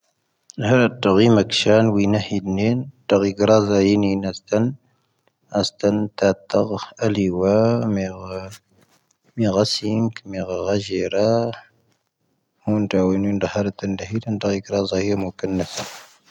ⵏⵀⴰⵉⵔⴻ ⵜⴳⵀⴻⴻⵎ ⴰⴽⵙⵀⴰⵏ ⵡⴻⵏⴰⵀⴻⴷⵏⴻⵏⴻ, ⵜⴳⵀⴻⴻⴳⵔⴰⵣⴰⴻⵏⵉⵏⴻ ⵏⴰⵙⵜⴰⵏ,. ⴰⵙⵜⴰⵏ ⵜⴰⵜⴰⴳⵀⴰ ⵍⵉvⴰ ⵎⴻⴳⵀⴰⵙⵉⵏⴽ ⵎⴻⴳⵀⴰⴳⵀⴻⴻⵔⴰ,. ⵎⵓⵏⴷⴰ ⵡⴻⵏⵓⵏ ⴷⵀⴰⵉⵔⴻ ⵜⴳⵀⴻⴻⴷⵏⴻⵏⴻ, ⵜⴳⵀⴻⴻⴳⵔⴰⵣⴰⴻ ⵎo ⴽⴰⵏⵏⴰ.